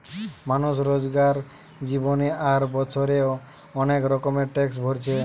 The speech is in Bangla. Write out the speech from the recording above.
মানুষ রোজকার জীবনে আর বছরে অনেক রকমের ট্যাক্স ভোরছে